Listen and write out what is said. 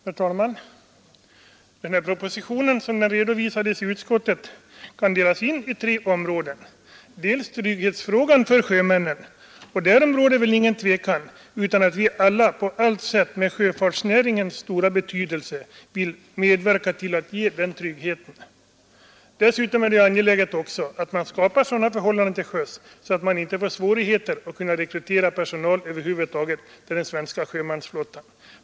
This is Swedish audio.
Nr 104 Herr talman! Den här propositionen, som den redovisades i utskottet, kan delas in i tre områden. Det första är trygghetsfrågan för sjömännen, och därvidlag är det väl inget tvivel om att vi alla med tanke på 220520 sjöfartsnäringens stora betydelse på allt sätt vill medverka till att ge den = Tilläggspension för tryggheten. Dessutom är det angeläget att man skapar sådana förhållan = utländska sjömän den till sjöss att det inte blir svårigheter att rekrytera personal över huvud = »id anställning på taget till den svenska handelsflottan.